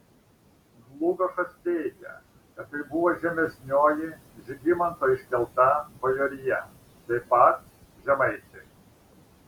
dlugošas teigia kad tai buvo žemesnioji žygimanto iškelta bajorija taip pat žemaičiai